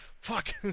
Fuck